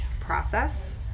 process